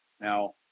Now